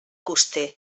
coster